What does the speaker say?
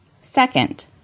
Second